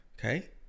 okay